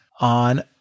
on